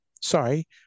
sorry